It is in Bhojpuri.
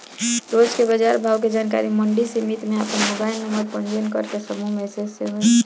रोज के बाजार भाव के जानकारी मंडी समिति में आपन मोबाइल नंबर पंजीयन करके समूह मैसेज से होई?